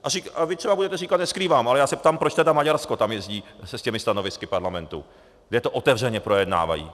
A vy třeba budete říkat neskrývám, ale já se ptám, proč tedy Maďarsko tam jezdí s těmi stanovisky parlamentu, kde to otevřeně projednávají.